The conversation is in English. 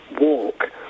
walk